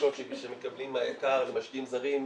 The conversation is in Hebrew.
הדרישות שמקבלים מהיק"ר למשקיעים זרים,